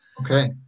Okay